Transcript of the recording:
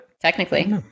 Technically